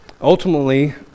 Ultimately